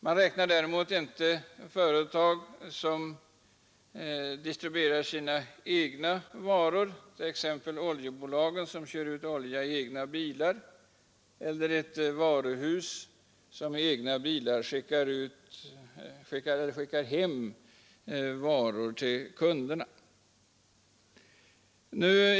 Man räknar däremot inte dit företag som distribuerar sina egna varor, exempelvis oljebolagen som kör ut olja i egna bilar eller varuhus som i egna bilar skickar hem varor till kunderna.